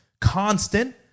constant